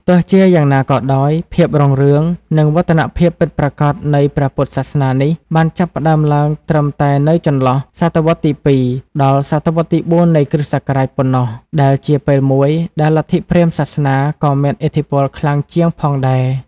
ទោះជាយ៉ាងណាក៏ដោយ ភាពរុងរឿង និងវឌ្ឍនភាពពិតប្រាកដនៃព្រះពុទ្ធសាសនានេះ បានចាប់ផ្តើមឡើងត្រឹមតែនៅចន្លោះ សតវត្សរ៍ទី ២ ដល់សតវត្សរ៍ទី ៤ នៃគ.ស. ប៉ុណ្ណោះ ដែលជាពេលមួយដែលលទ្ធិព្រាហ្មណ៍សាសនាក៏មានឥទ្ធិពលខ្លាំងជាងផងដែរ។